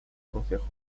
concejo